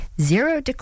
Zero